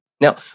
Now